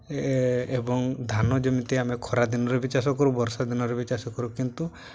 ଏବଂ ଧାନ ଯେମିତି ଆମେ ଖରା ଦିନରେ ବି ଚାଷ କରୁ ବର୍ଷା ଦିନରେ ବି ଚାଷ କରୁ କିନ୍ତୁ